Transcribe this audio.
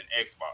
Xbox